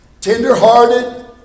Tender-hearted